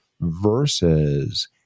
versus